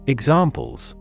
Examples